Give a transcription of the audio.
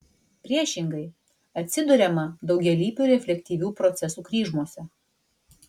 priešingai atsiduriama daugialypių reflektyvių procesų kryžmose